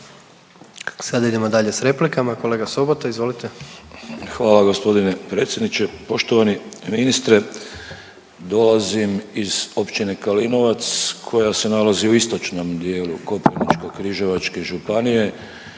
Sada idemo dalje s replikama, kolega Sobota izvolite. **Sobota, Darko (HDZ)** Poštovani predsjedniče, poštovani ministre dolazim iz Općine Kalinovac koja se nalazi u istočnom dijelu Koprivničko-križevačke županije.